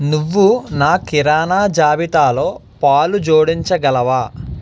నువ్వు నా కిరాణా జాబితాలో పాలు జోడించగలవా